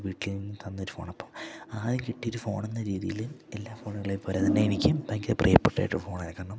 വീട്ടിലും തന്നൊരു ഫോണപ്പം ആദ്യം കിട്ടിയൊരു ഫോണെന്ന രീതിയിൽ എല്ലാ ഫോണുകളെ പോലെ തന്നെ എനിക്കും ഭയങ്കര പ്രിയപ്പെട്ട ഒരു ഫോണായത് കാരണം